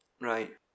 Right